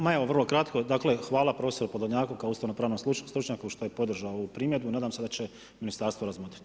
Ma evo vrlo kratko, dakle, hvala profesoru Podolnjaku kao ustavno pravnom stručnjaku što je podržao ovu primjedbu, nadam se da će je Ministarstvo razmotriti.